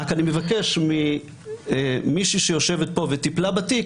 רק אני מבקש ממישהי שיושבת פה וטיפלה בתיק,